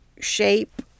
shape